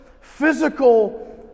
physical